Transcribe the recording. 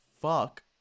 fuck